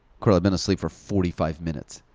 kirill, i've been asleep for forty five minutes.